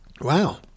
Wow